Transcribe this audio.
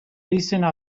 izena